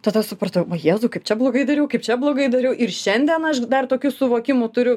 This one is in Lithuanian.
tada supratau va jėzau kaip čia blogai dariau kaip čia blogai dariau ir šiandien aš dar tokių suvokimų turiu